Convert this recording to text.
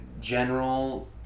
general